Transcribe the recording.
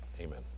Amen